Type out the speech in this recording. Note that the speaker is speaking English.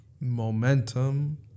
momentum